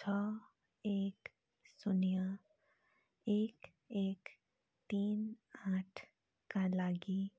छ एक शून्य एक एक तिन आठका लागि